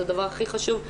זה דבר הכי חשוב,